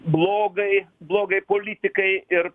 blogai blogai politikai ir